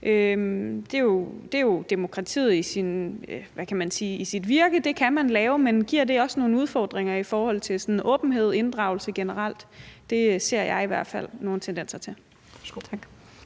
Det er jo demokratiet i, hvad kan man sige, sit virke – det kan man lave – men giver det også nogle udfordringer i forhold til sådan åbenhed og inddragelse generelt? Det ser jeg i hvert fald nogle tendenser til.